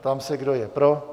Ptám se, kdo je pro.